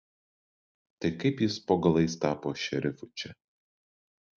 tai kaip jis po galais tapo šerifu čia